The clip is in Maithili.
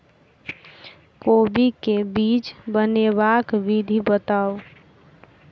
कोबी केँ बीज बनेबाक विधि बताऊ?